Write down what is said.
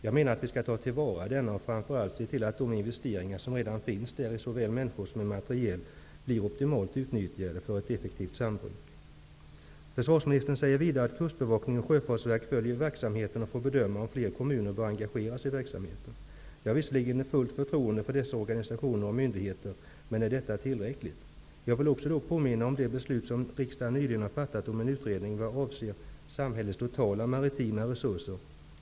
Jag menar att vi skall ta till vara denna möjlighet och framför allt se till att de investeringar som redan är gjorda såväl när det gäller människor som när det gäller material blir optimalt utnyttjade för ett effektivt sambruk. Försvarsministern säger vidare att Kustbevakningen och Sjöfartsverket följer verksamheten och får bedöma om fler kommuner bör engageras i verksamheten. Jag har visserligen fullt förtroende för dessa organisationer och myndigheter, men är detta tillräckligt? Jag vill också samtidigt påminna om det beslut som riksdagen nyligen fattat om en utredning om samhällets totala maritima resurser.